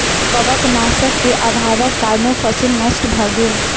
कवकनाशक के अभावक कारणें फसील नष्ट भअ गेल